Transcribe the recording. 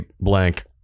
blank